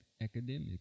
academic